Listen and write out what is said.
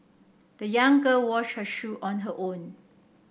the young girl washed her shoe on her own